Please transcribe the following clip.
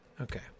Okay